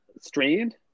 strained